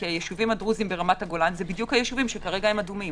כי הישובים הדרוזים ברמת הגולן הם בדיוק הישובים שכרגע הם אדומים.